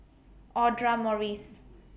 Audra Morrice